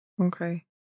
Okay